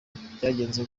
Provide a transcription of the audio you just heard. byagenze